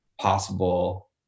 possible